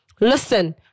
Listen